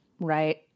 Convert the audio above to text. Right